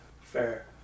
Fair